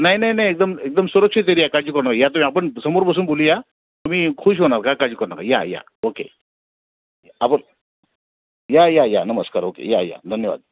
नाही नाही नाही एकदम एकदम सुरक्षित एरीया आहे काळजी करु नका या तुम्ही आपण समोर बसून बोलूया तुम्ही खुश होणार काय काळजी करु नका या या ओके आपण या या नमस्कार ओके या या धन्यवाद